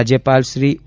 રાજ્યપાલ શ્રી ઓ